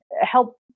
help